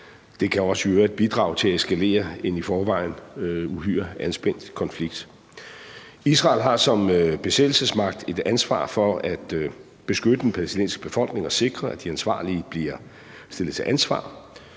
Det kan i øvrigt også bidrage til at eskalere en i forvejen uhyre anspændt konflikt. Israel har som besættelsesmagt et ansvar for at beskytte den palæstinensiske befolkning og sikre, at de ansvarlige bliver stillet til ansvar.